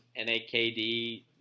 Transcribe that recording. NAKD